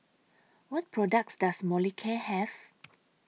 What products Does Molicare Have